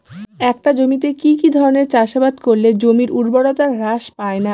একটা জমিতে কি কি ধরনের চাষাবাদ করলে জমির উর্বরতা হ্রাস পায়না?